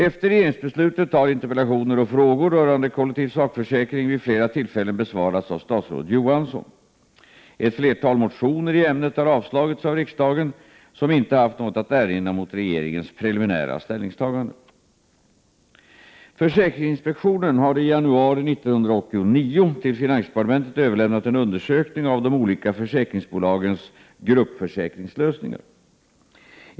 Efter regeringsbeslutet har interpellationer och frågor rörande kollektiv sakförsäkring vid flera tillfällen besvarats av statsrådet Johansson. Ett flertal motioner i ämnet har avslagits av riksdagen, som inte haft något att erinra mot regeringens preliminära ställningstagande . Försäkringsinspektionen har i januari 1989 till finansdepartementet överlämnat en undersökning av de olika försäkringsbolagens gruppförsäkringslösningar.